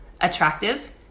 attractive